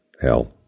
Hell